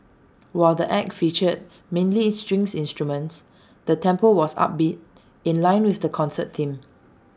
while the act featured mainly string instruments the tempo was upbeat in line with the concert theme